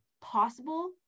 possible